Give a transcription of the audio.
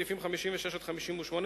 סעיפים 56 58,